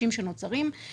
חוזר כיום כמעט מכל יעד